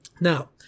Now